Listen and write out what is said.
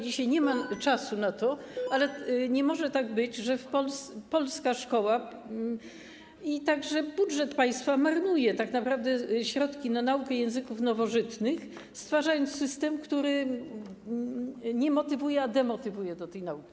Dzisiaj nie ma czasu na to, ale nie może tak być, że polska szkoła, a także budżet państwa marnują tak naprawdę środki na naukę języków nowożytnych, stwarzając system, który nie motywuje, ale demotywuje do tej nauki.